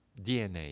DNA